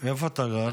איפה אתה גר?